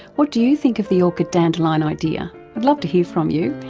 what do you think of the orchid dandelion idea love to hear from you.